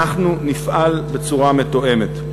אנחנו נפעל בצורה מתואמת.